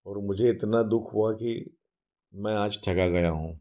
और मुझे इतना दुख हुआ की मैं आज ठगा गया हूँ